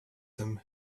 him